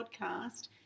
podcast